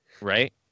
right